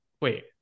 wait